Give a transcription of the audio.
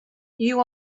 you